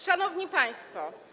Szanowni Państwo!